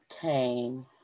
came